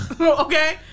Okay